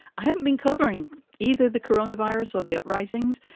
i haven't been covering either the corona virus or the uprisings,